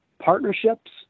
partnerships